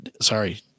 sorry